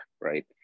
right